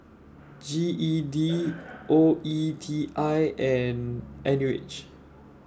G E D O E T I and N U H